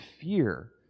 fear